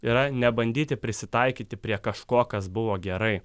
yra ne bandyti prisitaikyti prie kažko kas buvo gerai